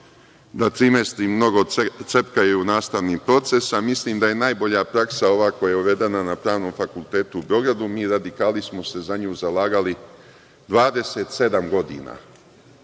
da trimestri mnogo cepkaju nastavni proces, a mislim da je najbolja praksa ova koja je uvedena na Pravnom fakultetu u Beogradu. Mi radikali smo se za nju zalagali 27 godina,